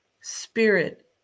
spirit